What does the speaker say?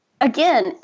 again